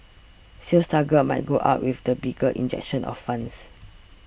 sales targets might go up with the bigger injection of funds